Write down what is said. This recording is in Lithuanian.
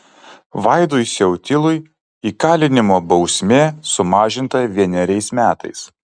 vaidui siautilui įkalinimo bausmė sumažinta vieneriais metais